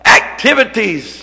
activities